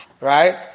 right